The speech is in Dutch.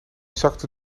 zakte